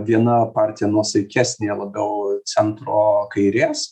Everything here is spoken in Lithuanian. viena partija nuosaikesnė labiau centro kairės